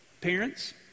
Parents